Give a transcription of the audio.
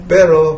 Pero